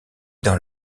dans